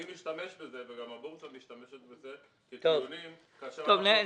אני משתמש בזה וגם הבורסה משתמשת בזה כטיעונים כאשר --- טוב.